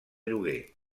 lloguer